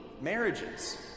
marriages